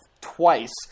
twice